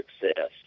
success